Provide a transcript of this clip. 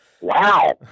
Wow